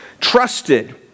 trusted